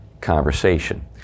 conversation